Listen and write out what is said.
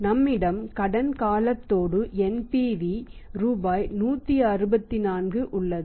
நம்மிடம் கடன் காலத்தோடு NPV ரூபாய் 164 உள்ளது